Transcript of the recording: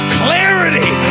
clarity